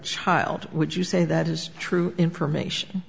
child would you say that is true information